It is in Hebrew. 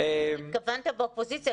התכוונת באופוזיציה,